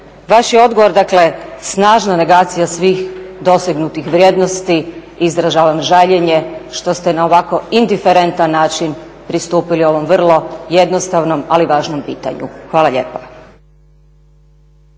Vaš je odgovor dakle snažna negacija svih dosegnutih vrijednosti i izražavam žaljenje što ste na ovako indiferentan način pristupili ovom vrlo jednostavnom, ali važnom pitanju. Hvala lijepa.